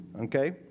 okay